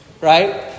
right